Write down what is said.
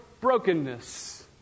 brokenness